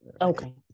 Okay